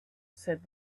said